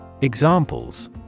Examples